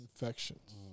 Infections